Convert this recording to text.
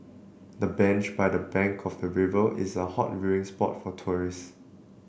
the bench by the bank of the river is a hot viewing spot for tourists